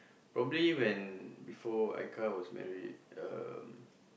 probably when before Aika was married um